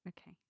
okay